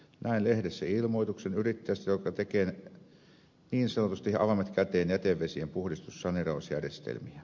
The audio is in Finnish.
näin lehdessä ilmoituksen yrittäjästä joka tekee niin sanotusti avaimet käteen jätevesien puhdistussaneerausjärjestelmiä